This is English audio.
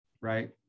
Right